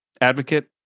advocate